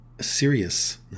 Serious